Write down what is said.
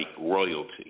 royalty